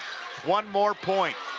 one more point.